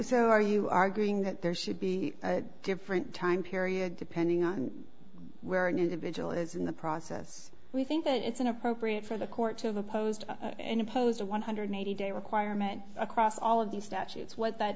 so are you arguing that there should be a different time period depending on where an individual is in the process we think that it's inappropriate for the court to have opposed and imposed a one hundred eighty day requirement across all of these statutes what that